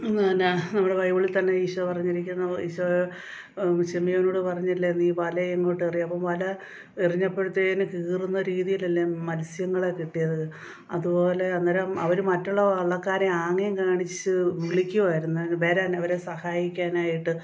അങ്ങനെയാ നമ്മളെ ബൈബിളിൽ തന്നെ ഈശോ പറഞ്ഞിരിക്കുന്നത് ഈശോ ശെമയിലൂടെ പറഞ്ഞില്ലേ നീ വലയിങ്ങോട്ട് എറിയുമ്പോൾ വല എറിഞ്ഞപ്പോഴത്തേന് കീറുന്ന രീതിയിലല്ലേ മത്സ്യങ്ങളെ കിട്ടിയത് അതുപോലെ അന്നേരം അവരും മറ്റുള്ള വള്ളക്കാരെയും ആംഗ്യം കാണിച്ചു വിളിക്കുമായിരുന്നു വരാൻ അവരെ സഹായിക്കാനായിട്ട്